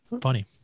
funny